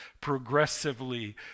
progressively